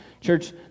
Church